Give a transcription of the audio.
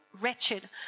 Wretched